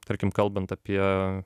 tarkim kalbant apie